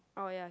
oh ya